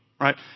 right